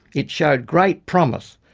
it showed great promise.